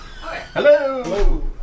Hello